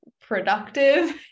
productive